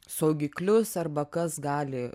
saugiklius arba kas gali